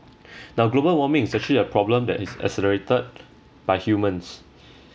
the global warming is actually a problem that is accelerated by humans